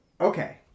Okay